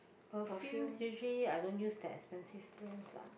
perfume usually I don't use that expensive brands lah